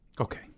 Okay